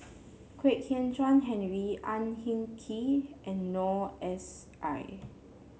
Kwek Hian Chuan Henry Ang Hin Kee and Noor S I